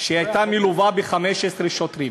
והייתה מלווה ב-15 שוטרים.